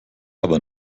aber